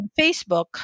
Facebook